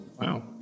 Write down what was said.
Wow